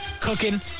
cooking